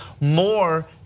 more